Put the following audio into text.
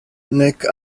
nek